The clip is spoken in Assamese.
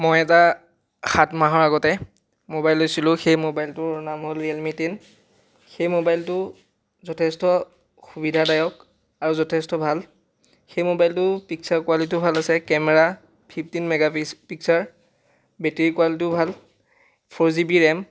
মই এটা সাত মাহৰ আগতে মোবাইল লৈছিলোঁ সেই মোবাইলটোৰ নাম হ'ল ৰিয়েলমি টেন সেই মোবাইলটো যথেষ্ট সুবিধাদায়ক আৰু যথেষ্ট ভাল সেই মোবাইলটোৰ পিক্চাৰ কোৱালিটিটোও ভাল আছে camera fifteen mega pic picture battery কোৱালিটিও ভাল ফোৰ জিবি ৰেম